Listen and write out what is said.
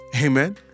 Amen